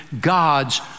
God's